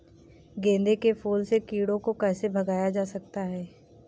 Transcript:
गेंदे के फूल से कीड़ों को कैसे भगाया जा सकता है?